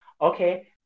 okay